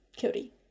Cody